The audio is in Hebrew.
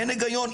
אין היגיון,